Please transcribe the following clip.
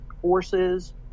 forces